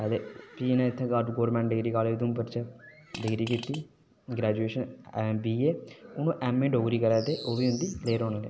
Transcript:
ते फ्ही इन्नै इत्थै गोरमैंट ड़िगरी काॅलेज उधमपुर च ड़िगरी कीती ग्रैजुऐशन बीए हुन एमए डोगरी करा दे ओह् बी हुंदी क्लीयर होने आह्ली